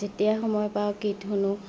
যেতিয়াই সময় পাওঁ গীত শুনো